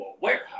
warehouse